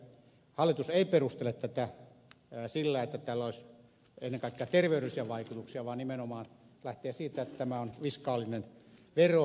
hallitus ei perustele tätä sillä että tällä olisi ennen kaikkea terveydellisiä vaikutuksia vaan nimenomaan lähtee siitä että tämä on fiskaalinen vero